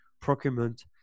procurement